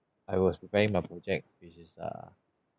I was preparing my project which is err